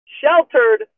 sheltered